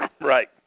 Right